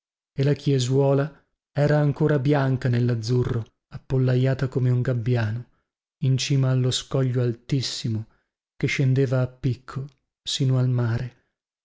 e la chiesuola era ancora bianca nellazzurro appollaiata come un gabbiano in cima allo scoglio altissimo che scendeva a picco sino al mare